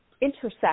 intersect